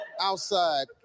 outside